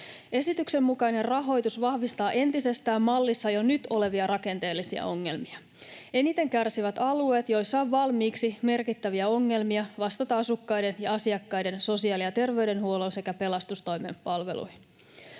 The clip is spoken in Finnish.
Esityksen mukainen rahoitus vahvistaa entisestään mallissa jo nyt olevia rakenteellisia ongelmia. Eniten kärsivät alueet, joilla on valmiiksi merkittäviä ongelmia vastata asukkaiden ja asiakkaiden sosiaali- ja terveydenhuollon sekä pelastustoimen palveluihin.